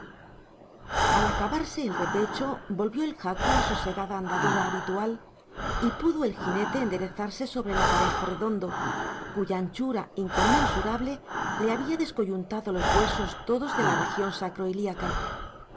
al acabarse el repecho volvió el jaco a la sosegada andadura habitual y pudo el jinete enderezarse sobre el aparejo redondo cuya anchura inconmensurable le había descoyuntado los huesos todos de la región sacro ilíaca